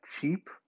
cheap